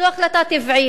זו החלטה טבעית,